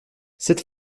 cette